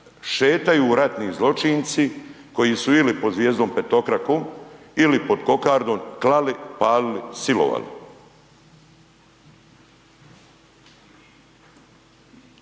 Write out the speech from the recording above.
šetaju ratni zločinci koji su ili pod zvijezdom petokrakom ili pod kokardom klali, palili, silovali.